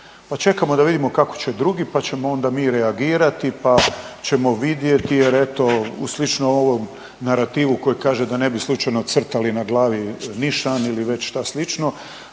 pa čekamo da vidimo kako će drugi, pa ćemo onda mi reagirati, pa ćemo vidjeti jer eto slično ovom narativu koji kaže da ne bi slučajno crtali na glavi nišan ili već šta slično.